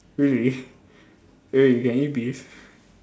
really really you can eat beef